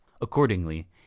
accordingly